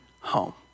home